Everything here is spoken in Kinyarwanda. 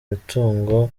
imitungo